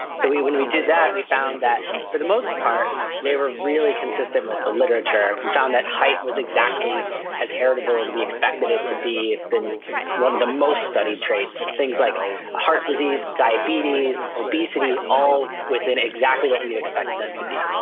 so when we did that we found that for the most part they were really consistent with the literature. we found that height was exactly as heritable as we expected it to be, it's been one of the most-studied traits. things like heart disease, diabetes, obesity, all within exactly what we'd expect them to be.